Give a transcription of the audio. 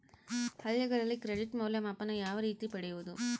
ಹಳ್ಳಿಗಳಲ್ಲಿ ಕ್ರೆಡಿಟ್ ಮೌಲ್ಯಮಾಪನ ಯಾವ ರೇತಿ ಪಡೆಯುವುದು?